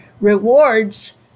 rewards